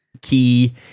key